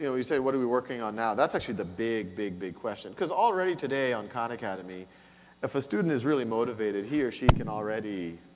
you know we say what are we working on now, that's actually the big, big, big question. cause already today on khan academy if a student is really motivated, he or she can already,